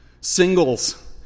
Singles